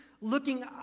looking